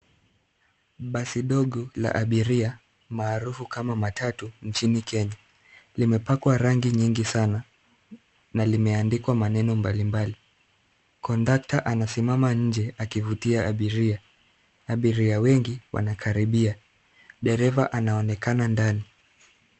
Basi dogo, la abiria, maarufu kama matatu, nchini Kenya. Limepakwa rangi nyingi sana na limeandikwa maneno mbalimbali. Kondakta anasimama nje, akivutia abiria. Abiria wengi wanakaribia. Dereva anaonekana ndani.